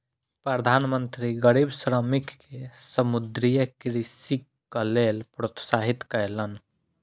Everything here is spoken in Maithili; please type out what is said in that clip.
प्रधान मंत्री गरीब श्रमिक के समुद्रीय कृषिक लेल प्रोत्साहित कयलैन